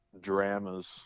dramas